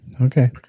Okay